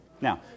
Now